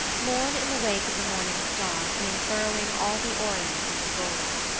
morn in the wake of the morning star came furrowing all the orient into gold.